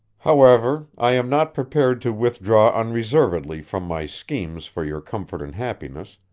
however, i am not prepared to withdraw unreservedly from my schemes for your comfort and happiness,